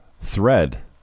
Thread